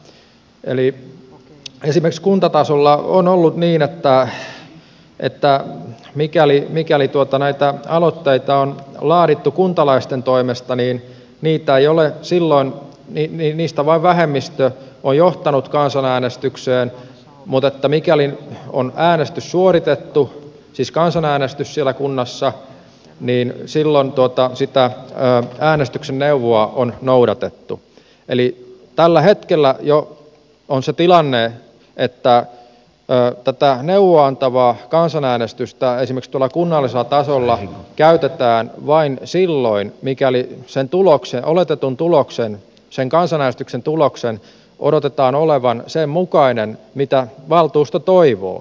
eli esimerkiksi kuntatasolla on ollut niin että mikäli näitä aloitteita on laadittu kuntalaisten toimesta niin niitä ei ole silloin niin niistä vain vähemmistö on johtanut kansanäänestykseen mutta mikäli on äänestys suoritettu siis kansanäänestys siellä kunnassa niin silloin sitä äänestyksen neuvoa on noudatettu eli tällä hetkellä jo on se tilanne että tätä neuvoa antavaa kansanäänestystä esimerkiksi tuolla kunnallisella tasolla käytetään vain silloin mikäli sen oletetun tuloksen sen kansanäänestyksen tuloksen odotetaan olevan sen mukainen kuin mitä valtuusto toivoo